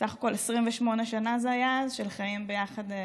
בסך הכול 28 שנה, זה היה אז, של חיים ביחד,